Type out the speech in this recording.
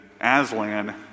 Aslan